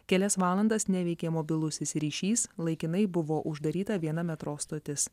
kelias valandas neveikė mobilusis ryšys laikinai buvo uždaryta viena metro stotis